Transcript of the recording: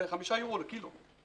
זה 5 אירו לקילו.